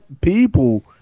people